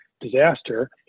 disaster